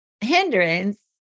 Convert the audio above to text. hindrance